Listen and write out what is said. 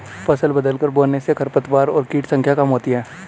फसल बदलकर बोने से खरपतवार और कीट की संख्या कम होती है